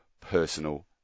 personal